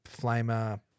flamer